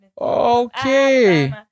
Okay